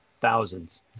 Thousands